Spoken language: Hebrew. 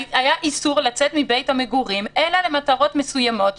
היה איסור לצאת מבית המגורים אלא למטרות מסוימות,